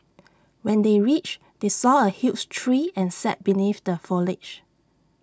when they reached they saw A huge tree and sat beneath the foliage